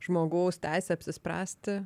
žmogaus teisė apsispręsti